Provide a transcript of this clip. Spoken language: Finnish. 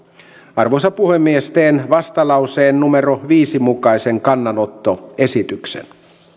arvoisa puhemies teen vastalauseen numero viiden mukaisen kannanottoesityksen